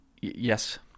Yes